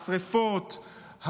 השרפות,